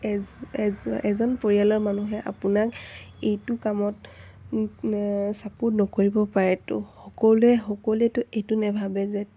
as এজন এজন পৰিয়ালৰ মানুহে আপোনাক এইটো কামত ছাপৰ্ট নকৰিব পাৰে ত' সকলোৱে সকলোৱেতো এইটো নাভাবে যে